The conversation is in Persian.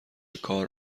کار